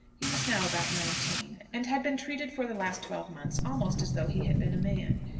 he was now about nineteen, and had been treated for the last twelve months almost as though he had been a man.